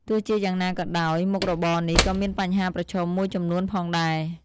ទោះជាយ៉ាងណាក៏ដោយ មុខរបរនេះក៏មានបញ្ហាប្រឈមមួយចំនួនផងដែរ។